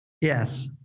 yes